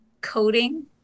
coding